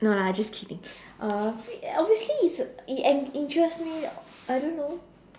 no lah I just kidding uh obviously it's it en~ interest me I don't know